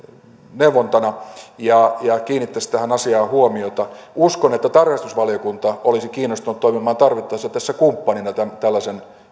neuvontana ja kiinnittäisi tähän asiaan huomiota uskon että tarkastusvaliokunta olisi kiinnostunut tarvittaessa toimimaan tässä kumppanina tällaisen